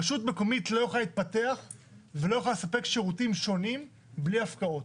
רשות מקומית לא יכולה להתפתח ולא יכולה לספק שירותים שונים בלי הפקעות,